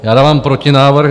Já dávám protinávrh.